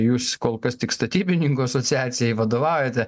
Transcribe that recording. jūs kol kas tik statybininkų asociacijai vadovaujate